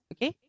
Okay